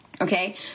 Okay